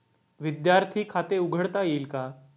विद्यार्थी खाते उघडता येईल का?